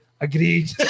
agreed